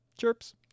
Chirps